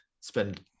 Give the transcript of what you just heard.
spend